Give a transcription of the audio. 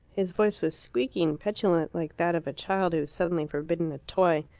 his voice was squeaky and petulant, like that of a child who is suddenly forbidden a toy.